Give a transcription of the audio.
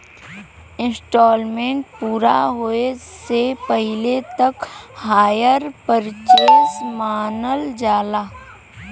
instalment पूरा होये से पहिले तक हायर परचेस मानल जाला